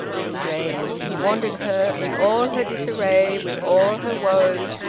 strange he wanted her in all her disarray, with all her woes,